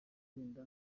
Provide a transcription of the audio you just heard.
agenda